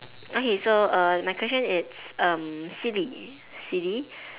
okay so err my question it's um silly silly